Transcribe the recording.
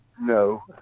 no